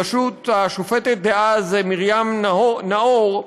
בראשות השופטת דאז מרים נאור,